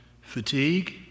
Fatigue